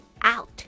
out